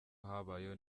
habayeho